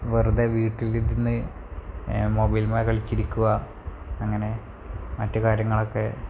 വെറുതെ വീട്ടിലിരുന്ന് മൊബൈൽമെ കളിച്ചിരുക്കുക അങ്ങനെ മറ്റു കാര്യങ്ങളൊക്കെ